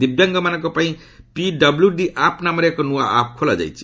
ଦିବ୍ୟାଙ୍ଗମାନଙ୍କ ପାଇଁ PWD app ନାମରେ ଏକ ନୂଆ ଆପ୍ ଖୋଲାଯାଇଛି